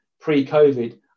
pre-COVID